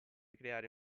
creare